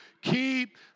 Keep